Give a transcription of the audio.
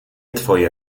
twoje